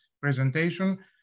presentation